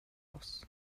oss